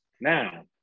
now